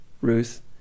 Ruth